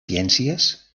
ciències